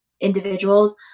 individuals